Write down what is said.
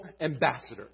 ambassador